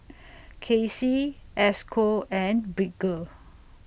Casie Esco and Bridger